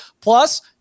Plus